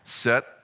set